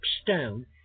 stone